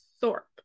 Thorpe